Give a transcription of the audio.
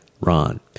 Ron